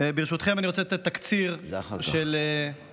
ברשותכם אני רוצה לתת תקציר של החוק.